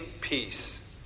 peace